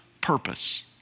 purpose